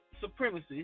supremacy